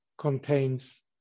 contains